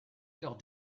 lors